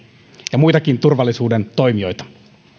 ja muitakin turvallisuuden toimijoita